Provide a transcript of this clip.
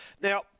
Now